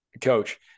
Coach